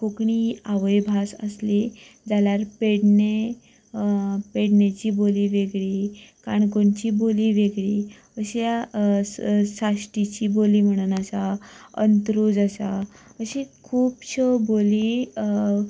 कोंकणी आवयभास आसली जाल्यार पेडणे पेडणेची बोली वेगळी काणकोणची बोली वेगळी अशा साश्टीची बोली म्हणून आसा अंत्रूज आसा अश्यो खुबश्यो बोली